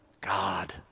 God